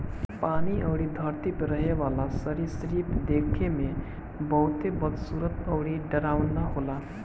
पानी अउरी धरती पे रहेवाला इ सरीसृप देखे में बहुते बदसूरत अउरी डरावना होला